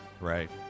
Right